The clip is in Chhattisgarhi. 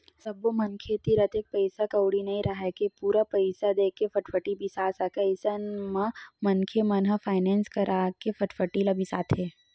सब्बो मनखे तीर अतेक पइसा कउड़ी नइ राहय के पूरा पइसा देके फटफटी बिसा सकय अइसन म मनखे मन ह फायनेंस करा के फटफटी ल बिसाथे